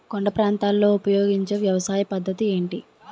కొండ ప్రాంతాల్లో ఉపయోగించే వ్యవసాయ పద్ధతి ఏంటి?